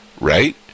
right